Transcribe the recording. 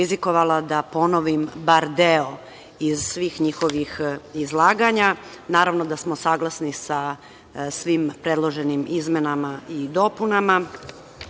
da ponovim bar deo iz svih njihovih izlaganja. Naravno da smo saglasni sa svim predloženim izmenama i dopunama. Ja